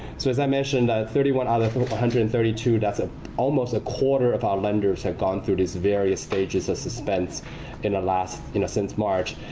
so as i mentioned, thirty one out of one hundred and thirty two, that's ah almost a quarter of our lenders have gone through these various stages of suspense in the last since march.